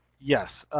yes,